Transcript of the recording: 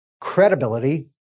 Credibility